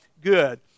good